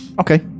Okay